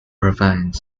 ravine